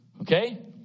Okay